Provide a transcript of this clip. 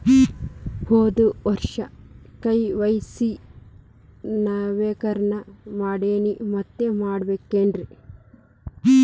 ಹೋದ ವರ್ಷ ಕೆ.ವೈ.ಸಿ ನವೇಕರಣ ಮಾಡೇನ್ರಿ ಮತ್ತ ಮಾಡ್ಬೇಕೇನ್ರಿ?